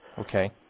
Okay